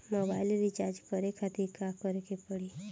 Mobile recharge करे खातिर का करे के पड़ी?